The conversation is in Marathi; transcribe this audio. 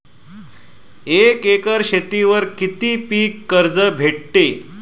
एक एकर शेतीवर किती पीक कर्ज भेटते?